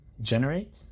generate